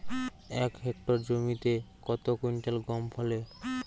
এক হেক্টর জমিতে কত কুইন্টাল গম ফলে?